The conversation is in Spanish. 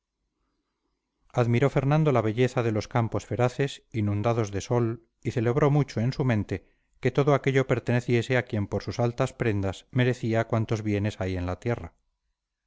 admiró fernando la belleza de los campos feraces inundados de sol y celebró mucho en su mente que todo aquello perteneciese a quien por sus altas prendas merecía cuantos bienes hay en la tierra